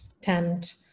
tent